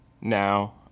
now